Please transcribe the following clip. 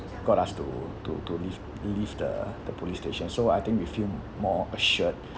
got us to to to leave leave the the police station so I think we feel more assured